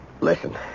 Listen